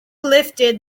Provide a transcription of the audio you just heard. lifted